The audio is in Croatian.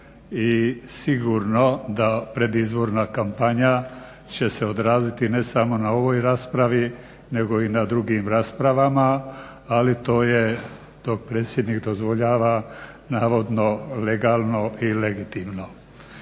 i sigurno da predizborna kampanja će se odraziti ne samo na ovoj raspravi nego i na drugim raspravama, ali to predsjednik dozvoljava, navodno legalno i legitimno.